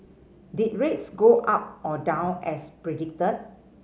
did rates go up or down as predicted